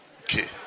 okay